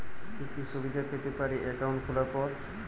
কি কি সুবিধে পেতে পারি একাউন্ট খোলার পর?